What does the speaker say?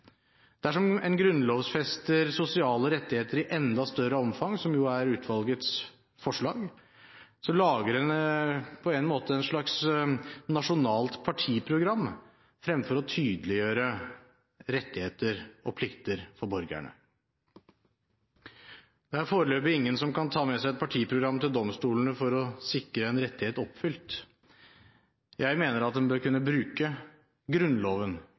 Dersom en grunnlovfester sosiale rettigheter i enda større omfang, som er utvalgets forslag, lager en på en måte et slags nasjonalt partiprogram fremfor å tydeliggjøre rettigheter og plikter for borgerne. Det er foreløpig ingen som kan ta med seg et partiprogram til domstolene for å sikre en rettighet oppfylt. Jeg mener at en bør kunne bruke Grunnloven